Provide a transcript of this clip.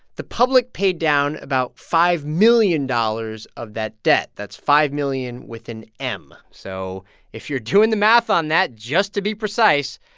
the public paid down about five million dollars of that debt. that's five million with an m. so if you're doing the math on that just to be precise,